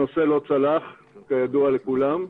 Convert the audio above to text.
הנושא לא צלח, כידוע לכולם,